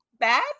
bad